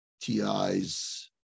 TIs